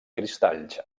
cristalls